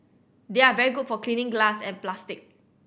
they are very good for cleaning glass and plastic